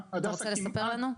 אתה רוצה לספר לנו?